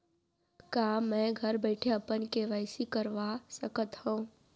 का मैं घर बइठे अपन के.वाई.सी करवा सकत हव?